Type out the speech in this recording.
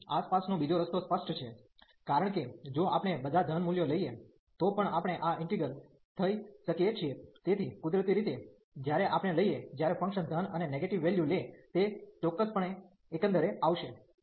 આની આસપાસનો બીજો રસ્તો સ્પષ્ટ છે કારણ કે જો આપણે બધા ધન મૂલ્યો લઈએ તો પણ આપણે આ ઈન્ટિગ્રલ integral થઈ શકીએ છીએ તેથી કુદરતી રીતે જ્યારે આપણે લઈએ જ્યારે ફંકશન ધન અને નેગેટીવ વેલ્યુ લે તે ચોક્કસપણે એકંદરે આવશે